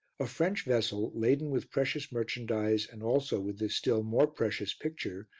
a french vessel, laden with precious merchandise and also with this still more precious picture,